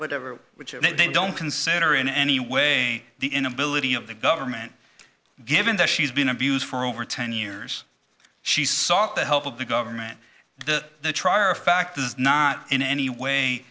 whatever which they don't consider in any way the inability of the government given that she's been abused for over ten years she sought the help of the government the trier of fact is not in any way